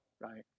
right